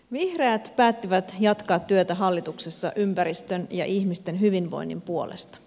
vihreät päättivät jatkaa työtä hallituksessa ympäristön ja ihmisten hyvinvoinnin puolesta